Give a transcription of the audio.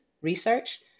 research